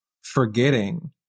forgetting